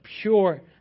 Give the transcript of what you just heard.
pure